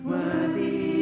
Worthy